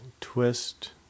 twist